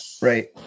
Right